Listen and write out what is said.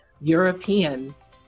Europeans